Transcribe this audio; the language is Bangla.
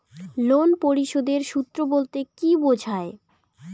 লোন পরিশোধের সূএ বলতে কি বোঝায়?